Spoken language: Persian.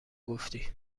گفتی